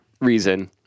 reason